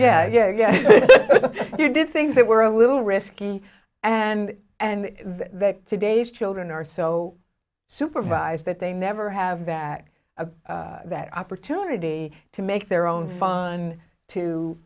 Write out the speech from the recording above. yeah yeah yeah you did things that were a little risky and and that today's children are so supervised that they never have that of that opportunity to make their own fun to